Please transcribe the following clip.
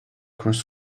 cross